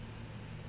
ya lah